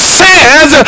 says